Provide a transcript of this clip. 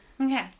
Okay